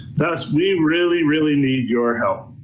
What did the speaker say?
thus we really, really need your help.